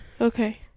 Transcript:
Okay